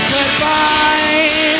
Goodbye